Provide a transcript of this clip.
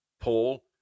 Paul